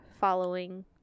following